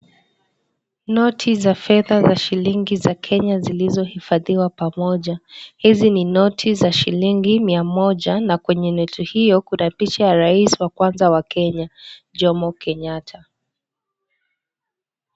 Noti za fedha za shilingi za Kenya zilizohifadhiwa pamoja, hizi ni noti za shilingi mia moja na kwenye noti hiyo kuna picha ya rais wa kwanza wa Kenya Jomo Kenyatta .